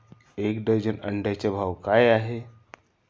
एक डझन अंड्यांचा भाव काय आहे?